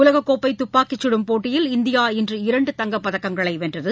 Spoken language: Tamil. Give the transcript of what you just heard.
உலகக்கோப்பைதப்பாக்கிச் சுடும் போட்டியில் இந்தியாஇன்றுஇரண்டுதங்கப்பதக்கங்களைவென்றது